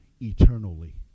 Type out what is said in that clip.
eternally